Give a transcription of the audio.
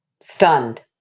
stunned